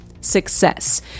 success